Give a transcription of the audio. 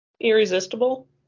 Irresistible